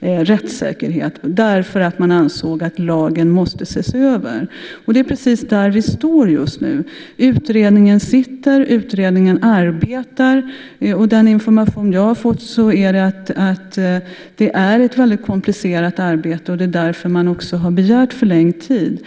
rättssäkerheten och ansåg därför att lagen måste ses över. Och det är precis där vi står just nu. Utredningen sitter, utredningen arbetar. Den information som jag har fått är att det ett väldigt komplicerat arbete. Det är också därför som man har begärt förlängd tid.